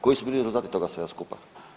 Koji su bili rezultati toga svega skupa?